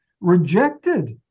rejected